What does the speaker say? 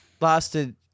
Lasted